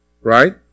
Right